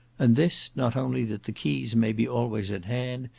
and this, not only that the keys may be always at hand,